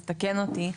תקן אותי.